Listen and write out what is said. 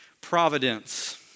providence